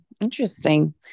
Interesting